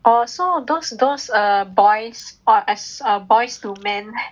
oh so those those err boys ah as boys to men